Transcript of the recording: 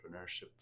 entrepreneurship